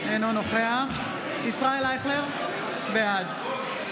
אינו נוכח ישראל אייכלר, בעד